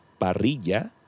parrilla